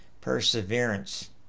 Perseverance